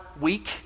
week